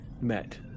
met